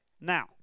Now